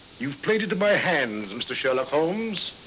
you've played into my hands, mr. sherlock holmes.